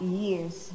years